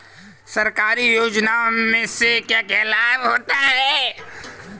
सरकारी योजनाओं से क्या क्या लाभ होता है?